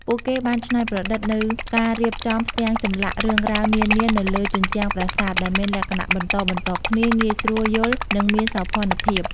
ពួកគេបានច្នៃប្រឌិតនូវការរៀបចំផ្ទាំងចម្លាក់រឿងរ៉ាវនានាទៅលើជញ្ជាំងប្រាសាទ ដែលមានលក្ខណៈបន្តបន្ទាប់គ្នា ងាយស្រួលយល់ និងមានសោភ័ណភាព។